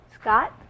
Scott